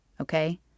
okay